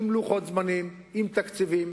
עם לוחות זמנים, עם תקציבים.